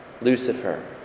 Lucifer